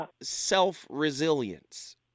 self-resilience